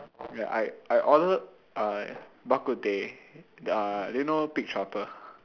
ya I I ordered uh bak-kut-teh uh do you know pig trotter